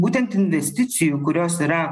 būtent investicijų kurios yra